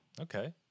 Okay